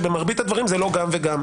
ברוב חוקות העולם היא בכלל לא מעוגנת כזכות.